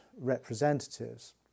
representatives